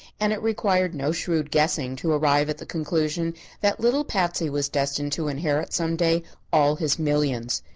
and it required no shrewd guessing to arrive at the conclusion that little patsy was destined to inherit some day all his millions.